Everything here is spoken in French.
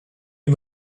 est